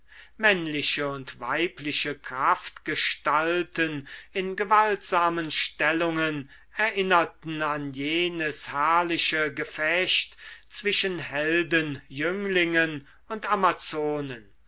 männliche und weibliche kraftgestalten in gewaltsamen stellungen erinnerten an jenes herrliche gefecht zwischen heldenjünglingen und amazonen